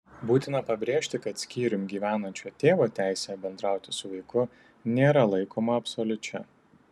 būtina pabrėžti kad skyrium gyvenančio tėvo teisė bendrauti su vaiku nėra laikoma absoliučia